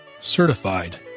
certified